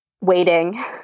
Waiting